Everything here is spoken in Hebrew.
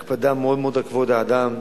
הקפדה, מאוד מאוד, על כבוד האדם.